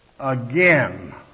again